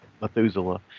Methuselah